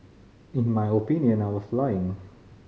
in my opinion I was lying